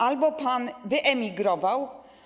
Albo pan wyemigrował.